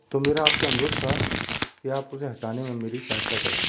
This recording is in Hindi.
तो मेरा आप से अनुरोध था कि आप उसे हटाने में मेरी सहायता करें